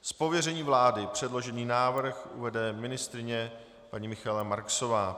Z pověření vlády předložený návrh uvede ministryně paní Michaela Marksová.